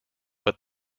but